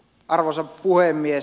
arvoisa puhemies